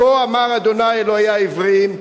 כה אמר ה' אלהי העברים,